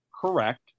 Correct